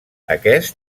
aquest